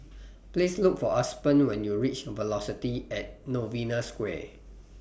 Please Look For Aspen when YOU REACH Velocity At Novena Square